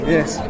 Yes